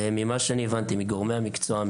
ממה שאני הבנתי גורמי המקצוע,